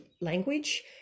language